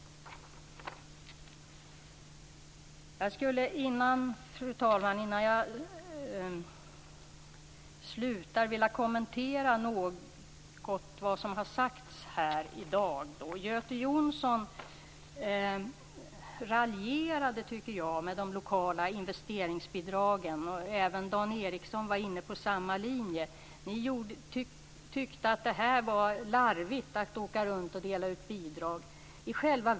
Fru talman! Jag vill något kommentera vad som har sagts i dag. Göte Jonsson raljerade med de lokala investeringsbidragen. Även Dan Ericsson var inne på samma linje. Ni tyckte att det var larvigt att åka runt och dela ut bidrag.